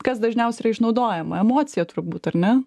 kas dažniausiai yra išnaudojama emocija turbūt ar ne